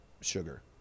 sugar